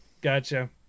Gotcha